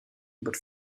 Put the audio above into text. but